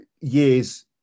years